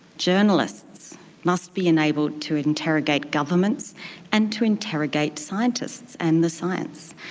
journalists must be enabled to interrogate governments and to interrogate scientists and the science,